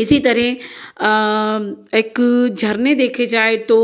इसी तरह एक झरने देखे जाय तो